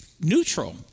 neutral